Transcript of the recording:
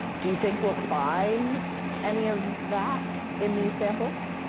do you think we'll find any of that in these samples?